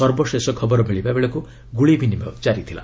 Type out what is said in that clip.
ସର୍ବଶେଷ ଖବର ମିଳିବାବେଳକୁ ଗୁଳି ବିନିମୟ କାରି ଥିଲା